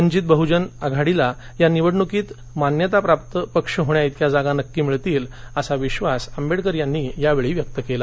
वंधित बहजन आघाडीला या निवडणुकीत मान्यता प्राप्त पक्ष होण्याइतक्या जागा नक्की मिळतील असा विश्वास आंबेडकर यांनी यावेळी व्यक्त केला